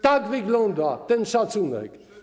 Tak wygląda ten szacunek.